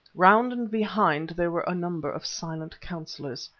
round and behind there were a number of silent councillors.